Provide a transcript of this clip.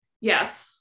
Yes